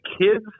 kids